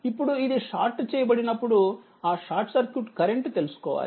ఇప్పుడు ఇది షార్ట్ చేయబడినప్పుడుఆ షార్ట్ సర్క్యూట్ కరెంట్ తెలుసుకోవాలి